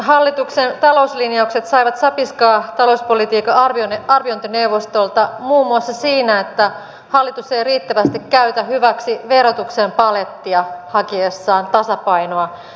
hallituksen talouslinjaukset saivat sapiskaa talouspolitiikan arviointineuvostolta muun muassa siinä että hallitus ei riittävästi käytä hyväksi verotuksen palettia hakiessaan tasapainoa valtion budjettiin